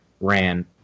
ran